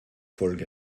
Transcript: folge